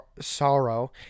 sorrow